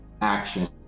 action